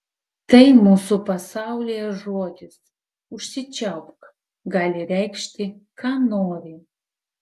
tai mūsų pasaulyje žodis užsičiaupk gali reikšti ką nori